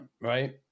right